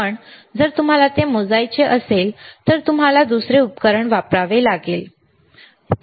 पण जर तुम्हाला ते मोजायचे असेल तर तुम्हाला दुसरे उपकरण वापरावे लागेल ठीक आहे